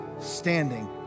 standing